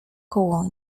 koło